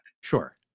Sure